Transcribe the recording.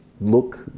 look